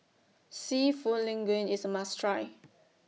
Seafood Linguine IS A must Try